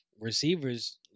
receivers